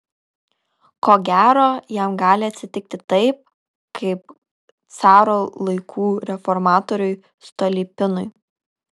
ko gero jam gali atsitikti taip kaip caro laikų reformatoriui stolypinui